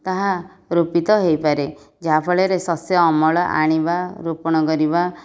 ତାହା ରୁପିତ ହେଇପାରେ ଯାହାଫଳରେ ଶସ୍ୟ ଅମଳ ଆଣିବା ରୋପଣ କରିବା